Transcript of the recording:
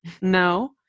no